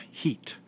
heat